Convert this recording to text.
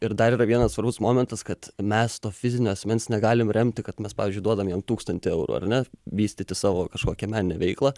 ir dar yra vienas svarbus momentas kad mes to fizinio asmens negalim remti kad mes pavyzdžiui duodam jam tūkstantį eurų ar ne vystyti savo kažkokią meninę veiklą